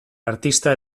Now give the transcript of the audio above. artista